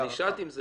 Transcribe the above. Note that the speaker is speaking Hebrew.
אני שאלתי אם זה